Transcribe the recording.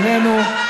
אתם מאמינים במלחמה,